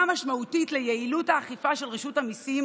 משמעותית ליעילות האכיפה של רשות המיסים